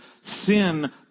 sin